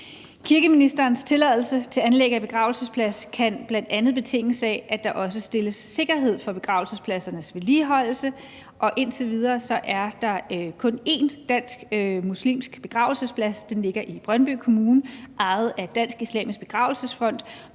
Kirkeministerens tilladelse til anlæg af begravelsesplads kan bl.a. betinges af, at der også stilles sikkerhed for begravelsespladsernes vedligeholdelse. Indtil videre er der kun én dansk muslimsk begravelsesplads. Den ligger i Brøndby Kommune og er ejet af Dansk Islamisk Begravelsesfond,